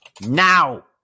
Now